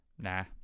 Nah